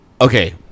Okay